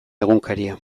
egunkaria